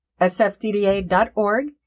sfdda.org